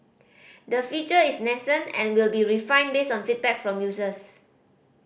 the feature is nascent and will be refined based on feedback from users